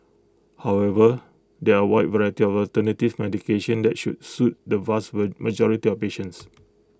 however there are wide variety of alternative medication that should suit the vast majority of patients